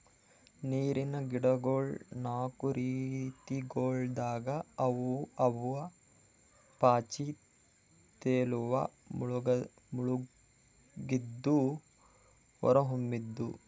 ನೀರಿನ್ ಗಿಡಗೊಳ್ ನಾಕು ರೀತಿಗೊಳ್ದಾಗ್ ಅವಾ ಅವು ಪಾಚಿ, ತೇಲುವ, ಮುಳುಗಿದ್ದು, ಹೊರಹೊಮ್ಮಿದ್